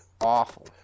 awful